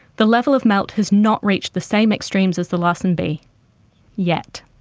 the level of melt has not reached the same extremes as the larsen b yet.